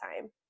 time